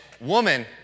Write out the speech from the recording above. woman